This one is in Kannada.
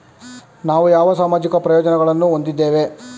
ನಾವು ಯಾವ ಸಾಮಾಜಿಕ ಪ್ರಯೋಜನಗಳನ್ನು ಹೊಂದಿದ್ದೇವೆ?